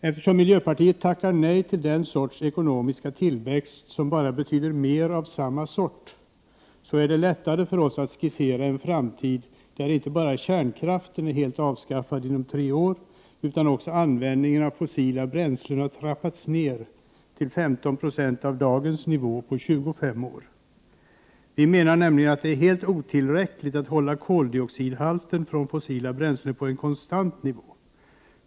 Eftersom vi i miljöpartiet tackar nej till den sorts ekonomiska tillväxt som bara betyder mer av samma sort, är det lättare för oss att skissera en framtid där inte bara kärnkraften är helt avskaffad inom tre år utan där också användningen av fossila bränslen har trappats ned till 15 96, jämfört med dagens nivå, på 25 år. Vi menar nämligen att det är helt otillräckligt att hålla koldioxidhalten när det gäller fossila bränslen på en konstant nivå.